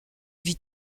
vie